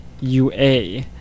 UA